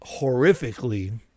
horrifically